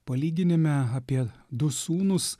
palyginime apie du sūnus